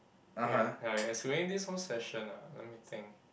okay ya excluding this whole session ah let me think